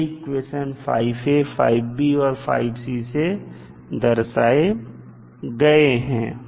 यह equation 5a5b और 5c से दर्शाए गए हैं